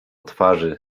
twarzy